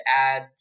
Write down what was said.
add